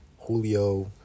Julio